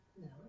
No